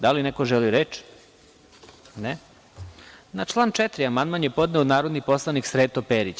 Da li neko želi reč? (Ne.) Na član 4. amandman je podneo narodni poslanik Sreto Perić.